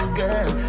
girl